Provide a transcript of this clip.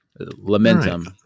Lamentum